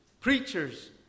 preachers